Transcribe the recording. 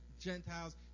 Gentiles